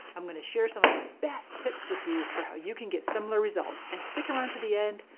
i'm gonna share some of my best tips with you for how you can get similar results. and stick around to the end,